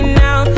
now